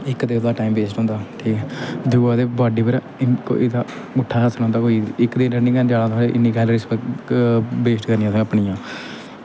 इक ते ओह्दा टाईम वेस्ट होंदा ठीक ऐ दूआ ओह्दी बॉड्डी पर एह्दा पुट्ठा ई असर होंदा कोई इक ते रनिंग करन जाना इन्नी कैलरीस वेस्ट करनियां असें अपनियां